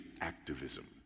activism